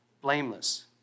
blameless